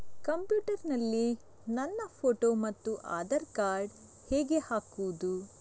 Computer ನಲ್ಲಿ ನನ್ನ photo ಮತ್ತು ಆಧಾರ್ ಕಾರ್ಡ್ ಹೇಗೆ ಹಾಕುವುದು?